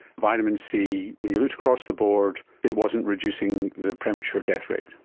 vitamin c, when you looked across the board it wasn't reducing the premature death rate.